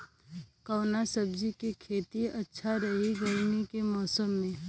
कवना सब्जी के खेती अच्छा रही गर्मी के मौसम में?